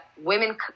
women